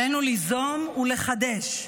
עלינו ליזום ולחדש.